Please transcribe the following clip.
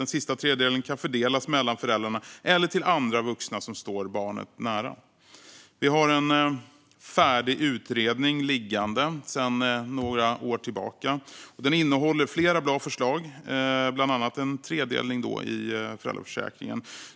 Den sista tredjedelen kan fördelas mellan föräldrarna eller till andra vuxna som står barnet nära. Vi har en färdig utredning liggande sedan några år tillbaka. Den innehåller flera bra förslag, bland annat tredelningen i föräldraförsäkringen.